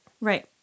Right